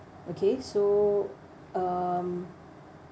okay so um